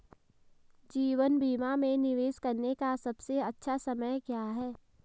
जीवन बीमा में निवेश करने का सबसे अच्छा समय क्या है?